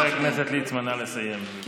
חבר הכנסת ליצמן, נא לסיים, בבקשה.